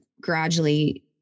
gradually